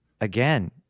again